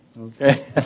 Okay